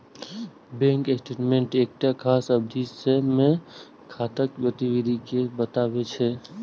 bank statement एकटा खास अवधि मे खाताक गतिविधि कें बतबै छै